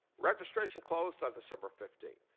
registration closed on december fifteen.